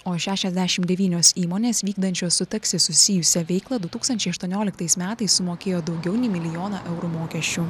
o šešiasdešim devynios įmonės vykdančios su taksi susijusią veiklą du tūkstančiai aštuonioliktais metais sumokėjo daugiau nei milijoną eurų mokesčių